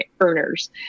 earners